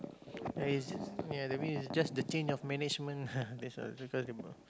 is ya maybe it's just the change of management that's all